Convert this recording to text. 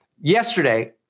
Yesterday